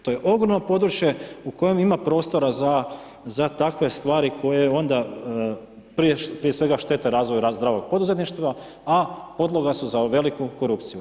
To je ogromno područje u kojem ima prostora za takve stvari koje onda prije svega štete razvoja za rast zdravog poduzetništva, a podloga su za veliku korupciju.